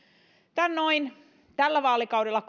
tämän tällä vaalikaudella